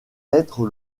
être